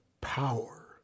power